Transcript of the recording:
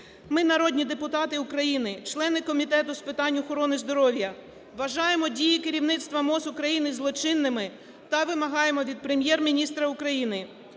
Ми, народні депутати України, члени Комітету з питань охорони здоров'я, вважаємо дії керівництва МОЗ України злочинними та вимагаємо від Прем'єр-міністра України